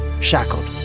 shackled